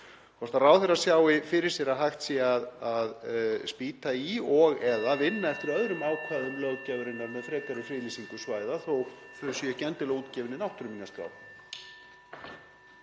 (Forseti hringir.) sjái fyrir sér að hægt sé að spýta í og/eða vinna eftir öðrum ákvæðum löggjafarinnar með frekari friðlýsingu svæða þó að þau séu ekki endilega útgefin í náttúruminjaskrá.